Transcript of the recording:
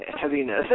heaviness